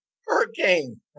hurricane